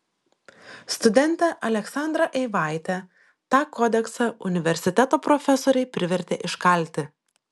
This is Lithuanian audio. studentę aleksandrą eivaitę tą kodeksą universiteto profesoriai privertė iškalti